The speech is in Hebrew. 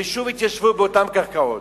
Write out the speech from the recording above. ושוב התיישבו על אותן קרקעות.